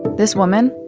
this woman,